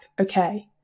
okay